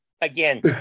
again